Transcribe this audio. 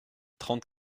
trente